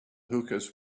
hookahs